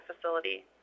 facility